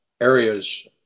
areas